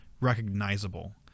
recognizable